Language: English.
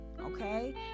okay